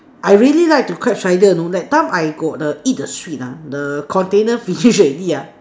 I really like to catch spider know that time I got the eat the sweet ah the container finish already ah